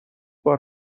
بار